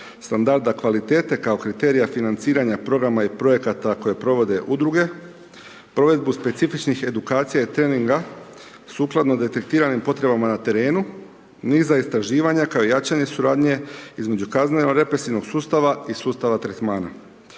standarda kvalitete kao kriterija financiranja programa i projekata koje provode udruge, provedbu specifičnih edukacija i treninga sukladno detektiranim potrebama na terenu, niza istraživanja kao i jačanje suradnje između kazneno represivnog sustava i sustava tretmana.